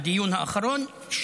בדיון האחרון,